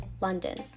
London